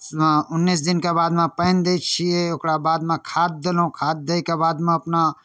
हँ उनैस दिनके बादमे पानि दै छिए ओकरा बादमे खाद देलहुँ खाद दैके बादमे अपना